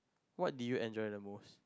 what did you enjoy the most